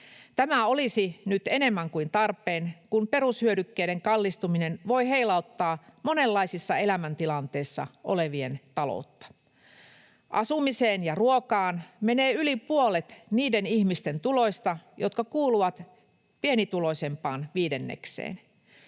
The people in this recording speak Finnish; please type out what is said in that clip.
Tämä olisi nyt enemmän kuin tarpeen, kun perushyödykkeiden kallistuminen voi heilauttaa monenlaisissa elämäntilanteissa olevien taloutta. Asumiseen ja ruokaan menee yli puolet niiden ihmisten tuloista, jotka kuuluvat pienituloisimpaan viidennekseen.